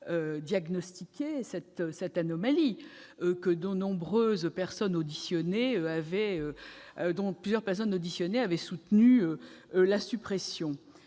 diagnostiqué cette anomalie, dont plusieurs personnes auditionnées avaient soutenu la suppression.